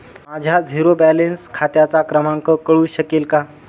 माझ्या zero balance खात्याचा क्रमांक कळू शकेल का?